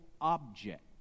object